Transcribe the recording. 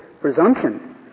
presumption